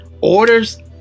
orders